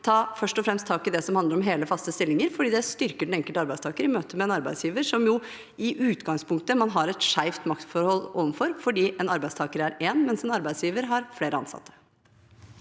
ta tak i det som handler om hele, faste stillinger, fordi det styrker den enkelte arbeidstaker i møte med en arbeidsgiver, som man jo i utgangspunktet har et skjevt maktforhold overfor, fordi en arbeidstaker er én, mens en arbeidsgiver har flere ansatte.